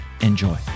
Enjoy